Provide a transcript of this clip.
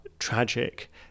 tragic